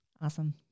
Awesome